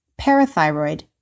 parathyroid